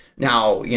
now, yeah